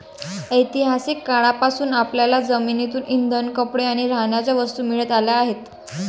ऐतिहासिक काळापासून आपल्याला जमिनीतून इंधन, कपडे आणि राहण्याच्या वस्तू मिळत आल्या आहेत